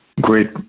great